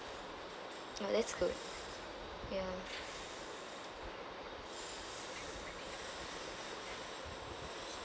oh that's good ya